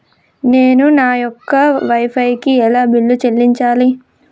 నేను నా యొక్క వై ఫై కి ఎలా బిల్లు చెల్లించాలి?